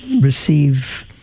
receive